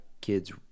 kids